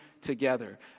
together